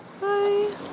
Bye